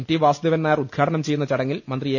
T Vasudevan Nair ഉദ്ഘാടനം ചെയ്യുന്ന ചടങ്ങിൽ മന്ത്രി എ